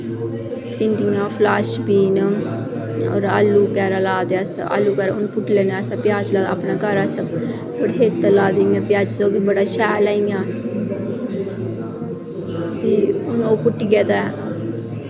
भिंडियां फलैशबीन होर आलू बगैरा लाए दे असें आलू बगैरा प्याज असें अपने घर असें पूरे खेतर लाए दे प्याजै दे बड़ा शैल ऐ इ'यां ओह् पुट्टियै ते